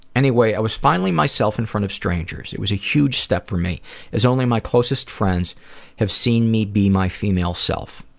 anyway, i was finally myself in front of strangers. it was a huge step for me as only my closest friends have seen me be my female self.